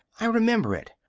i remember it.